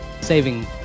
saving